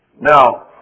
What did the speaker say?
Now